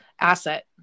asset